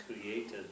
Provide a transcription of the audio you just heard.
created